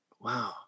Wow